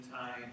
time